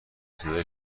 صدای